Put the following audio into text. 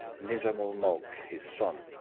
nizamul-mulk, his son,